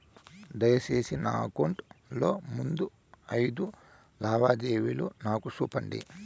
దయసేసి నా అకౌంట్ లో ముందు అయిదు లావాదేవీలు నాకు చూపండి